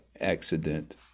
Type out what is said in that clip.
accident